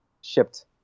shipped